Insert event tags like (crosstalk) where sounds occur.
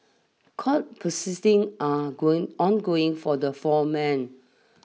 court (unintelligible) are going ongoing for the four men